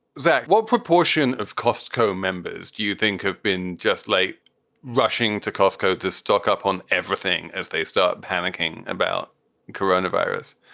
zach, what proportion of costco members do you think have been just like rushing to costco to stock up on everything as they start panicking about corona virus?